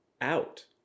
out